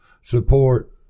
support